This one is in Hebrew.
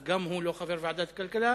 גם הוא לא חבר ועדת הכלכלה,